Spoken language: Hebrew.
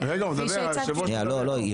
כרגע יש